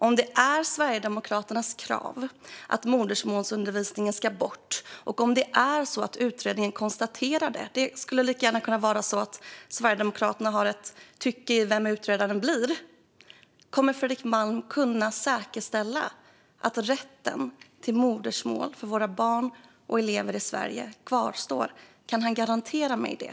Om det är Sverigedemokraternas krav att modersmålsundervisningen ska tas bort och om utredningen föreslår det, för det kan ju vara så att Sverigedemokraterna tycker till om vem utredaren blir, kommer Fredrik Malm att kunna säkerställa att rätten till modersmålsundervisning för våra barn och elever i Sverige kvarstår? Kan han garantera mig det?